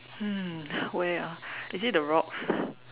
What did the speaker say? hmm where ah is it the rocks